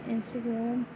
Instagram